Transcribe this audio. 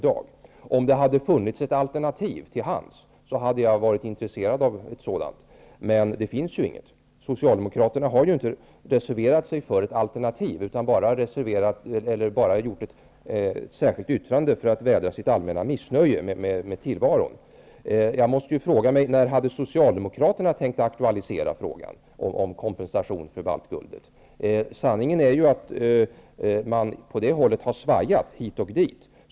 Jag hade varit intresserad om det hade funnits ett alternativ till hands. Men det finns ju inget. Socialdemokraterna har ju inte reserverat sig för ett alternativ, utan bara gjort ett särskilt yttrande för att vädra sitt allmänna missnöje med tillvaron. När hade Socialdemokraterna tänkt att aktualisera frågan om kompensation för baltguldet? Sanningen är ju att man har svajat hit och dit.